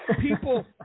people